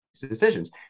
decisions